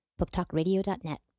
booktalkradio.net